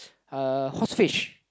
uh horse fish